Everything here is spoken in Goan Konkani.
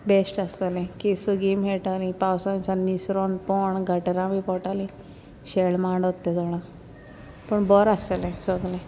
बेश्ट आसतलें की सगळीं मेळटालीं पावसा दिसांनी निसरोन पडून गटरान बी पडटालीं शेळ मांडोता तेदोणां पूण बोरें आसतलें सोगलें